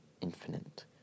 infinite